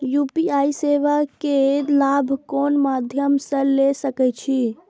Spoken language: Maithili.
यू.पी.आई सेवा के लाभ कोन मध्यम से ले सके छी?